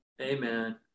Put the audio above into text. Amen